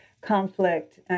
conflict